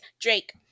Drake